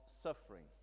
suffering